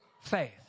faith